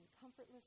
comfortless